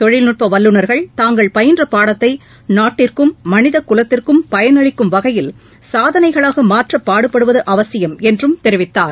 தொழில்நட்ப வல்லுநர்கள் தாங்கள் பயின்ற பாடத்தை நாட்டிற்கும் மனித குலத்திற்கும் பயனளிக்கும் வகையில் சாதனைகளாக மாற்ற பாடுபடுவது அவசியம் என்றும் தெரிவித்தார்